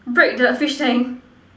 break the fish tank